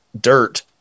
dirt